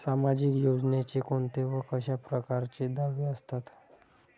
सामाजिक योजनेचे कोंते व कशा परकारचे दावे असतात?